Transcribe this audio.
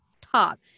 top